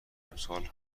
امسال